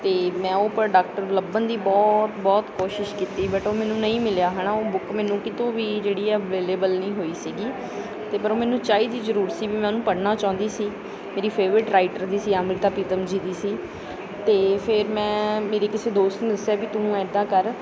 ਅਤੇ ਮੈਂ ਉਹ ਪ੍ਰੋਡਕਟ ਲੱਭਣ ਦੀ ਬਹੁਤ ਬਹੁਤ ਕੋਸ਼ਿਸ਼ ਕੀਤੀ ਬਟ ਉਹ ਮੈਨੂੰ ਨਹੀਂ ਮਿਲਿਆ ਹੈ ਨਾ ਉਹ ਬੁੱਕ ਮੈਨੂੰ ਕਿਤੋਂ ਵੀ ਜਿਹੜੀ ਆ ਅਵੇਲੇਬਲ ਨਹੀਂ ਹੋਈ ਸੀਗੀ ਅਤੇ ਪਰ ਉਹ ਮੈਨੂੰ ਚਾਹੀਦੀ ਜ਼ਰੂਰ ਸੀ ਵੀ ਮੈਂ ਉਹਨੂੰ ਪੜ੍ਹਨਾ ਚਾਹੁੰਦੀ ਸੀ ਮੇਰੀ ਫੇਵਰੇਟ ਰਾਈਟਰ ਦੀ ਸੀ ਅੰਮ੍ਰਿਤਾ ਪ੍ਰੀਤਮ ਜੀ ਦੀ ਸੀ ਅਤੇ ਫੇਰ ਮੈਂ ਮੇਰੀ ਕਿਸੇ ਦੋਸਤ ਨੇ ਦੱਸਿਆ ਵੀ ਤੂੰ ਐਦਾਂ ਕਰ